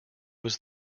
was